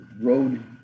road